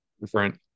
different